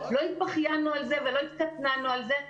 לא התבכיינו על זה ולא התקטננו על זה.